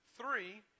Three